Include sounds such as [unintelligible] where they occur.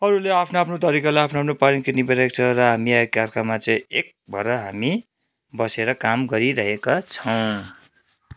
अरूले आफ्नो आफ्नो तरिकाले आफ्नो आफ्नो [unintelligible] निभाइरहेको छ र हामी एकाअर्कामा चाहिँ एक भएर हामी बसेर काम गरिरहेका छौँ